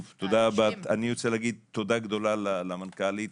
אני רוצה לומר תודה גדולה למנכ"לית.